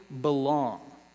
belong